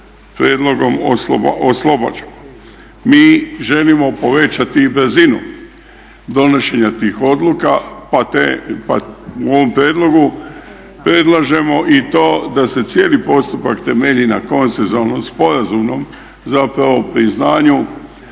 prijedlogom oslobađamo. Mi želimo povećati i brzinu donošenja tih odluka pa u ovom prijedlogu predlažemo i to da se cijeli postupak temelji na konsensualnim sporazumom zapravo priznanju